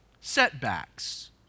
setbacks